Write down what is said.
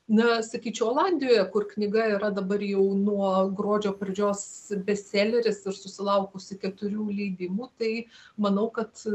na sakyčiau olandijoje kur knyga yra dabar jau nuo gruodžio pradžios bestseleris ir susilaukusi keturių leidimų tai manau kad